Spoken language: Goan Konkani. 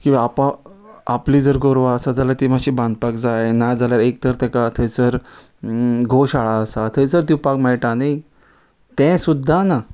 किंवां आपली जर गोरवां आसा जाल्यार ती मातशी बांदपाक जाय नाजाल्यार एक तर तेका थंयसर गोशाळा आसा थंयसर दिवपाक मेळटा न्ही तें सुद्दा ना